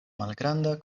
malgranda